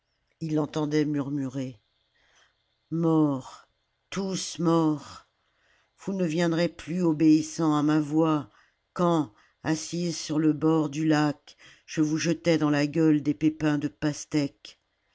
ils l'entendaient murmurer morts tous morts vous ne viendrez plus obéissant à ma voix quand assise sur le bord du lac je vous jetais dans la gueule des pépins de pastèques